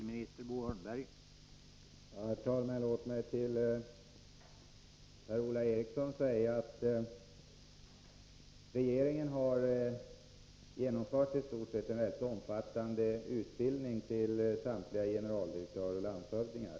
Herr talman! Regeringen har i stort sett genomfört en mycket omfattande utbildning av samtliga generaldirektörer och landshövdingar.